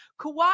Kawhi